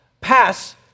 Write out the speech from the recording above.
pass